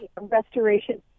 restoration